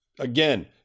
Again